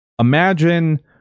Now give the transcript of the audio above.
Imagine